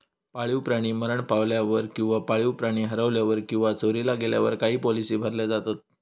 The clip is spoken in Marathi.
पाळीव प्राणी मरण पावल्यावर किंवा पाळीव प्राणी हरवल्यावर किंवा चोरीला गेल्यावर काही पॉलिसी भरल्या जातत